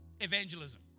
evangelism